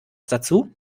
dazu